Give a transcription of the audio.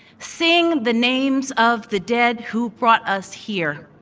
sing the names of the dead who brought us here,